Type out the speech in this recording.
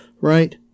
right